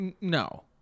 No